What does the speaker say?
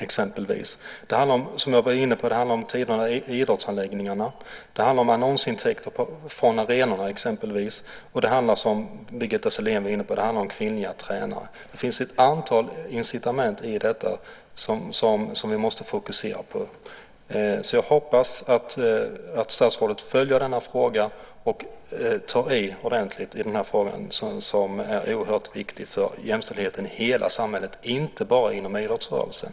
Som jag var inne på tidigare handlar det också om tider i idrottsanläggningarna. Det handlar om annonsintäkter från arenorna och om kvinnliga tränare, som Birgitta Sellén var inne på. Det finns ett antal incitament som vi måste fokusera på. Jag hoppas att statsrådet följer denna fråga och tar i ordentligt. Den är oerhört viktig för jämställdheten i hela samhället, och inte bara inom idrottsrörelsen.